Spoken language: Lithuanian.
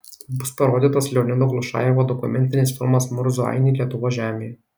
bus parodytas leonido glušajevo dokumentinis filmas murzų ainiai lietuvos žemėje